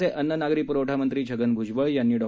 राज्याचे अन्न नागरी पुरवठा मंत्री छगन भुजबळ यांनी डॉ